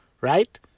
right